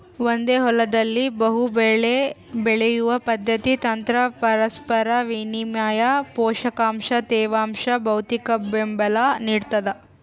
ಒಂದೇ ಹೊಲದಲ್ಲಿ ಬಹುಬೆಳೆ ಬೆಳೆಯುವ ಪದ್ಧತಿ ತಂತ್ರ ಪರಸ್ಪರ ವಿನಿಮಯ ಪೋಷಕಾಂಶ ತೇವಾಂಶ ಭೌತಿಕಬೆಂಬಲ ನಿಡ್ತದ